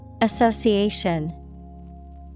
Association